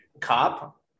cop